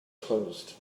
closed